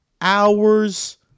hours